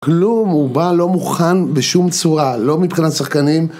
כלום, הוא בא לא מוכן בשום צורה, לא מבחינת שחקנים.